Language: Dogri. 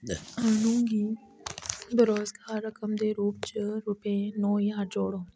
अनु गी ब्रोकरेज रकम दे रूपै च रुपेऽ नौ ज्हार जोड़ो